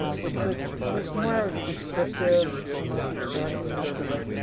ah which was was more descriptive, almost historical document.